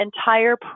entire